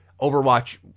Overwatch